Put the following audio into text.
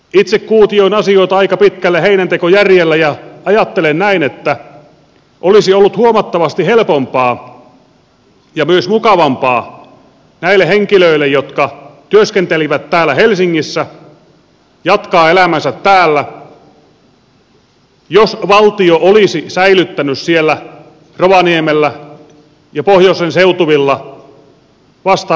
itse kuutioin asioita aika pitkälle heinäntekojärjellä ja ajattelen näin että olisi ollut huomattavasti helpompaa ja myös mukavampaa näille henkilöille jotka työskentelivät täällä helsingissä jatkaa elämäänsä täällä jos valtio olisi säilyttänyt siellä rovaniemellä ja pohjoisen seutuvilla vastaavan määrän työpaikkoja